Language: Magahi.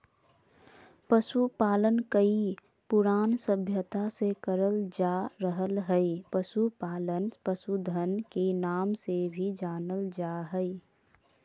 पशुपालन कई पुरान सभ्यता से करल जा रहल हई, पशुपालन पशुधन के नाम से भी जानल जा हई